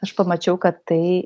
aš pamačiau kad tai